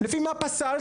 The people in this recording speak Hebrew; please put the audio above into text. לפי מה פסלתם?